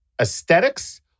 aesthetics